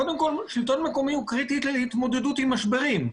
קודם כל שלטון מקומי הוא קריטי להתמודדות עם משברים.